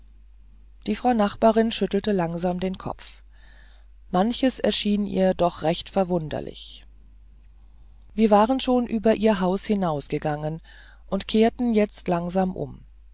die frau nachbarin schüttelte langsam den kopf manches erschien ihr doch recht verwunderlich wir waren schon über ihr haus hinausgegangen und kehrten jetzt langsam um